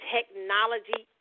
Technology